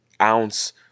ounce